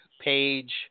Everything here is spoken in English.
page